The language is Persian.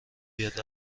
بیاد